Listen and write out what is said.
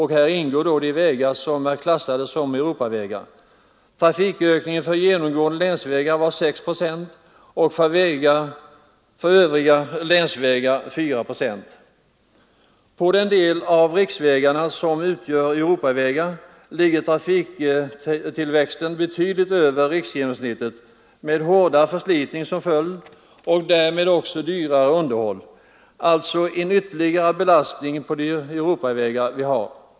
Häri ingår då de vägar som är klassade som Europavägar. Trafikökningen för genomgående länsvägar var 6 procent och för övriga länsvägar 4 procent. På den del av riksvägarna som utgör Europavägar ligger trafiktillväxten betydligt över riksgenomsnittet, med hårdare förslitning och därmed också dyrare underhåll som följd. De Europavägar vi har kommer alltså att få en ytterligare ökad belastning.